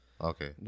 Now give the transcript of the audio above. Okay